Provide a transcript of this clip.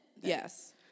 Yes